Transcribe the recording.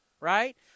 right